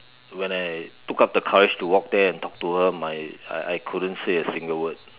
when I took up the courage to walk there and talk to her my I I couldn't say a single word